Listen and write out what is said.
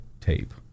tape